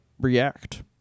react